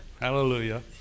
Hallelujah